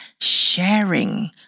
sharing